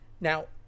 Now